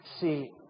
See